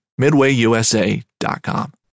MidwayUSA.com